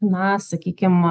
na sakykim